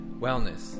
wellness